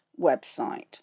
website